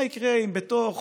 מה יקרה אם בתוך